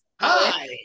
Hi